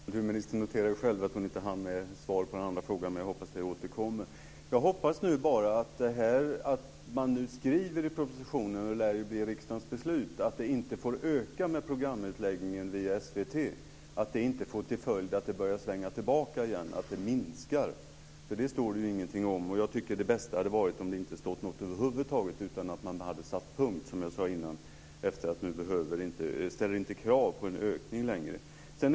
Fru talman! Kulturministern noterade själv att hon inte hann svara på den andra frågan, men jag hoppas att hon återkommer. Jag hoppas nu bara att det man skriver i propositionen, och det lär bli riksdagens beslut, att programutläggningen inte får öka via SVT, inte får till följd att det börjar svänga tillbaka så att det minskar. Det står det ingenting om. Det bästa hade varit om det inte hade stått någonting över huvud taget utan att man hade satt punkt, som jag sade innan, eftersom vi inte längre ställer krav på en ökning.